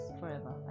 forever